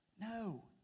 No